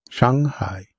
Shanghai